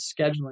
scheduling